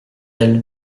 elles